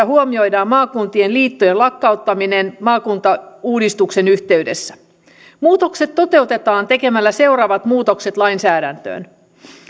huomioidaan maakuntien liittojen lakkauttaminen maakuntauudistuksen yhteydessä muutokset toteutetaan tekemällä seuraavat muutokset lainsäädäntöön